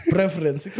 Preference